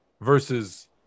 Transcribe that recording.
versus